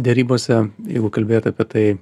derybose jeigu kalbėt apie tai